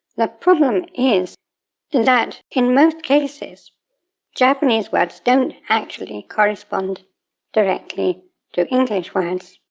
the problem is that in most cases japanese words don't actually correspond directly to english words.